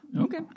Okay